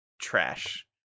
trash